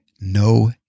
no